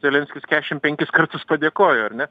zelenskis kešim penkis kartus padėkojo ar ne